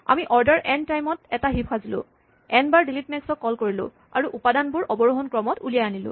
আমি order N time ত এটা হিপ সাজিলো এন বাৰ ডিলিট মেক্স ক কল কৰিলো আৰু উপাদানবোৰ অৱৰোহন ক্ৰমত উলিয়াই আনিলোঁ